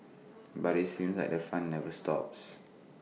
but IT seems like the fun never stops